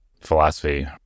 philosophy